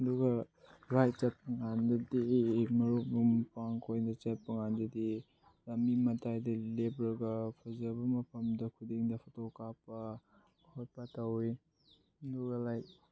ꯑꯗꯨꯒ ꯔꯥꯏꯠ ꯆꯠꯄꯀꯥꯟꯗꯗꯤ ꯃꯔꯨꯞ ꯃꯄꯥꯡ ꯈꯣꯏꯒ ꯆꯠꯄ ꯀꯥꯟꯗꯗꯤ ꯂꯝꯕꯤ ꯃꯇꯥꯏꯗ ꯂꯦꯞꯂꯒ ꯐꯖꯕ ꯃꯐꯝꯗ ꯈꯨꯗꯤꯡꯗ ꯐꯣꯇꯣ ꯀꯥꯞꯄ ꯈꯣꯠꯄ ꯇꯧꯏ ꯑꯗꯨꯒ ꯂꯥꯏꯛ